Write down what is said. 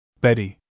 Betty